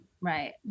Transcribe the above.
right